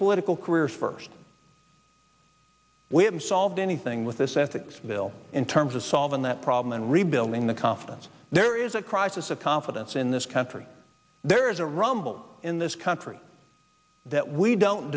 political career first we haven't solved anything with this ethics bill in terms of solving that problem and rebuilding the confidence there is a crisis of confidence in this country there is a rumble in this country that we don't